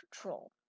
control